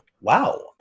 Wow